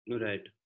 Right